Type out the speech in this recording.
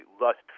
lust